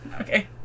Okay